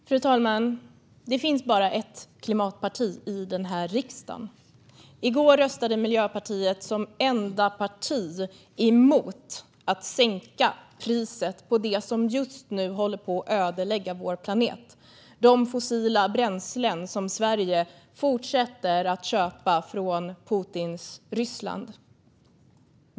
Fru talman! Det finns bara ett klimatparti i den här riksdagen. I går röstade Miljöpartiet som enda parti mot att sänka priset på det som just nu håller på att ödelägga vår planet: de fossila bränslen som Sverige fortsätter att köpa från Putins Ryssland.